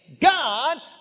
God